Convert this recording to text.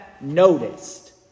noticed